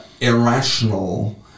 irrational